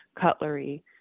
cutlery